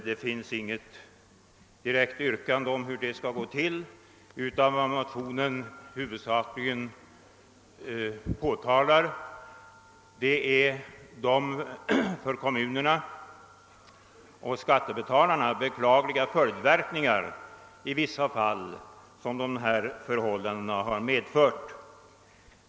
Det finns inget direkt yrkande på sådana åtgärder utan vad som huvudsakligen påtalas i motionsparet är de för kommunerna och skattebetalarna beklagliga följdverkningar som förhållandena på detta område i vissa fall har medfört.